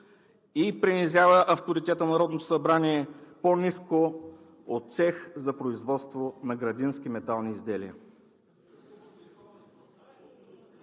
и принизява авторитета на Народното събрание по-ниско от цех за производство на градински метални изделия.